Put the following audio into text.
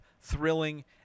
thrilling